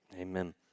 Amen